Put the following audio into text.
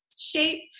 shape